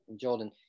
Jordan